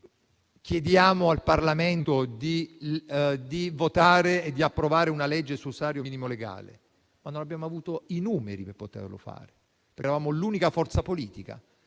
che chiediamo al Parlamento di votare e di approvare una legge sul salario minimo legale, ma non abbiamo avuto i numeri per poterlo fare, perché eravamo l'unica forza politica.